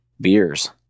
beers